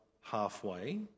halfway